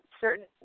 certain